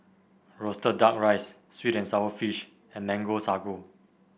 roasted duck rice sweet and sour fish and Mango Sago